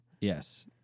Yes